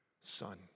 son